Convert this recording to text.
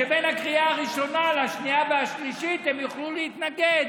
שבין הקריאה הראשונה לשנייה והשלישית הם יוכלו להתנגד.